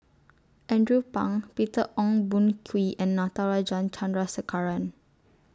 Andrew Phang Peter Ong Boon Kwee and Natarajan Chandrasekaran